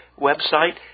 website